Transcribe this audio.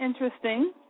interesting